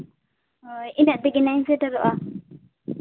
ᱦᱳᱭ ᱤᱱᱟᱹᱜ ᱛᱮᱜᱮ ᱱᱟᱜ ᱤᱧ ᱥᱮᱴᱮᱨᱚᱜᱼᱟ